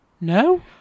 no